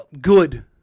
good